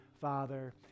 Father